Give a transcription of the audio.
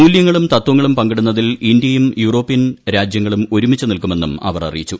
മൂല്യങ്ങളും തത്വങ്ങളും പങ്കിടുന്നതിൽ ഇന്ത്യയും യൂറോപ്യൻ രാജൃങ്ങളും ഒരുമിച്ച് നിൽക്കുമെന്നും അവർ അറിയിച്ചു